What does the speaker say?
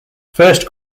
first